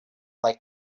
like